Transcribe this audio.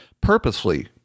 purposely